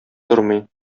тормый